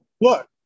look